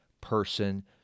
person